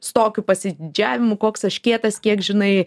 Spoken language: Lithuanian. su tokiu pasididžiavimu koks aš kietas kiek žinai